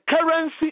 currency